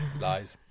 lies